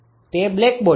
તે બ્લેકબોડી છે